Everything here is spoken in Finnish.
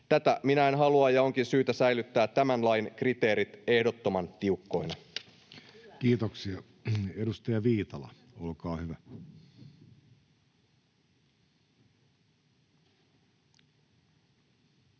Tätä minä en halua, ja onkin syytä säilyttää tämän lain kriteerit ehdottoman tiukkoina. Kiitoksia. — Edustaja Viitala, olkaa hyvä. Arvoisa